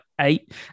eight